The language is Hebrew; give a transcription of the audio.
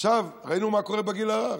עכשיו, ראינו מה קורה בגיל הרך: